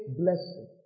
blessing